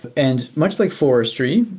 and much like forestry,